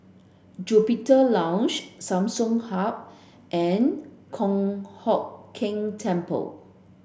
Juniper Lodge Samsung Hub and Kong Hock Keng Temple